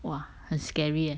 !wah! 很 scary eh